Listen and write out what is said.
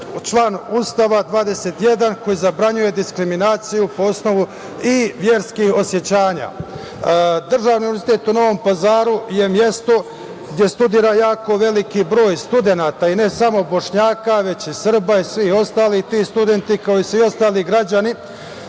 član 21. Ustava, koji zabranjuje diskriminaciju po osnovu i verskih osećanja. Državni univerzitet u Novom Pazaru je mesto gde studira jako veliki broj studenata, ne samo Bošnjaka već i Srba i svih ostalih. Tu studenti, kao i svi ostali građani